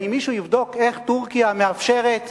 האם מישהו יבדוק איך טורקיה מאפשרת